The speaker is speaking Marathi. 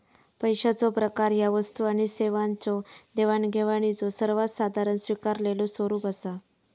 पैशाचो प्रकार ह्या वस्तू आणि सेवांच्यो देवाणघेवाणीचो सर्वात साधारण स्वीकारलेलो स्वरूप असा